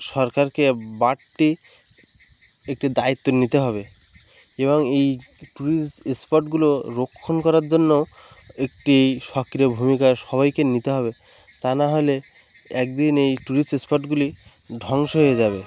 সরকারকে বাড়তি একটি দায়িত্ব নিতে হবে এবং এই টুরিস্ট স্পটগুলো রক্ষণ করার জন্য একটি সক্রিয় ভূমিকা সবাইকে নিতে হবে তা নাহলে এক দিন এই টুরিস্ট স্পটগুলি ধ্বংস হয়ে যাবে